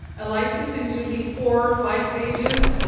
a license is usually four or five pages.